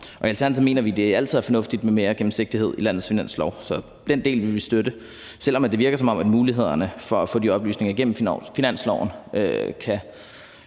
Alternativet mener vi, det altid er fornuftigt med mere gennemsigtighed i landets finanslov, så den del vil vi støtte, selv om det virker, som om mulighederne for at få de oplysninger igennem finansloven kan